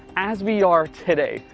as we are today,